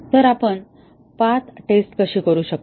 तर आपण path test कशी करू शकतो